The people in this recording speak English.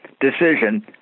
decision